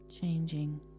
changing